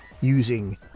using